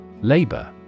Labor